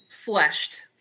fleshed